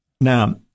Now